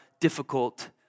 difficult